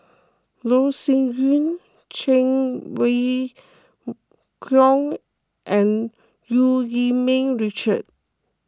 Loh Sin Yun Cheng Wai Keung and Eu Yee Ming Richard